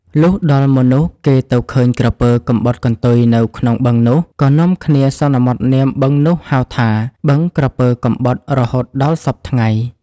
លុះដល់មនុស្សគេទៅឃើញក្រពើកំបុតកន្ទុយនៅក្នុងបឹងនោះ ក៏នាំគ្នាសន្មតនាមបឹងនោះហៅថា “បឹងក្រពើកំបុតៗ” រហូតដល់សព្វថ្ងៃ ។